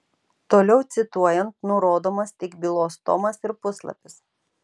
toliau cituojant nurodomas tik bylos tomas ir puslapis